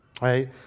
right